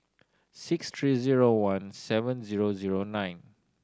six three zero one seven zero zero nine